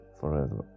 forever